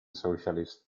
socialist